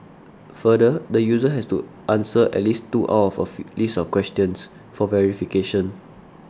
further the user has to answer at least two out of a fit list of questions for verification